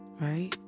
Right